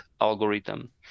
algorithm